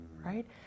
right